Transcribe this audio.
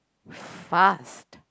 fast